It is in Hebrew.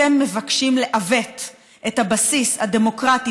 אתם מבקשים לעוות את הבסיס הדמוקרטי